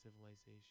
civilization